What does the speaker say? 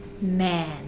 man